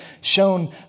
shown